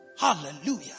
Hallelujah